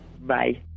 Bye